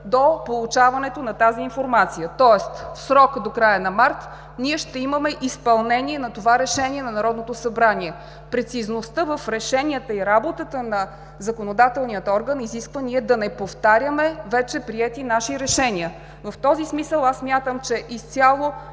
до получаването на тази информация, тоест в срок до края на месец март ние ще имаме изпълнение на това решение на Народното събрание. Прецизността в решенията и работата на законодателния орган изисква ние да не повтаряме вече приети наши решения. В този смисъл аз смятам, че изцяло